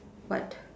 what